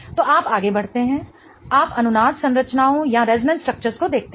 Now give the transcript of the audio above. तोआप आगे बढ़ते हैं आप अनुनाद संरचनाओं को देखते हैं